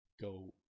go